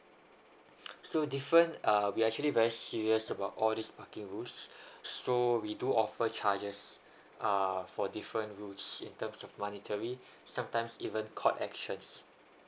so different uh we actually very serious about all these parking rules so we do offer charges uh for different rules in terms of monetary sometimes even caught actions